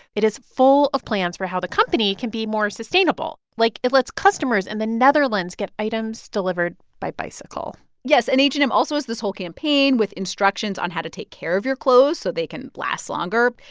it is full of plans for how the company can be more sustainable. like, it lets customers in and the netherlands get items delivered by bicycle yes. and h and m also has this whole campaign with instructions on how to take care of your clothes so they can last longer,